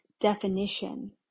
definition